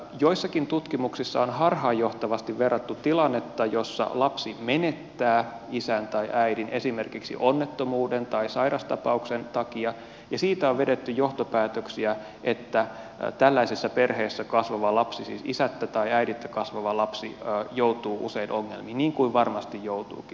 joissakin tutkimuksissa on harhaanjohtavasti tällaisia tapauksia verrattu tilanteeseen jossa lapsi menettää isän tai äidin esimerkiksi onnettomuuden tai sairastapauksen takia ja siitä on vedetty johtopäätöksiä että tällaisessa perheessä kasvava lapsi siis isättä tai äidittä kasvava lapsi joutuu usein ongelmiin niin kuin varmasti joutuukin